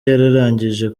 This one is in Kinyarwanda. yararangije